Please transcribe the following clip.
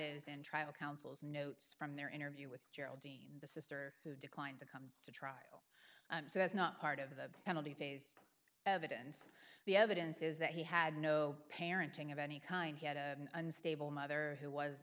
is in tribal councils notes from their interview with geraldine the sister who declined to come to trial so as not part of the penalty phase evidence the evidence is that he had no parenting of any kind he had a unstable mother who was